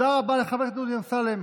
שנייה, שנייה.